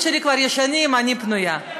הילדים שלי כבר ישנים, אני פנויה.